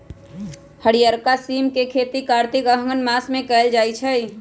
हरियरका सिम के खेती कार्तिक अगहन मास में कएल जाइ छइ